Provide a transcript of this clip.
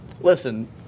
Listen